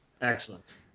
Excellent